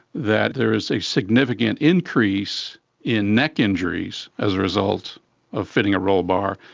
that there is a significant increase in neck injuries as a result of fitting a rollbar,